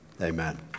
Amen